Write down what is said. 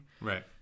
right